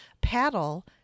paddle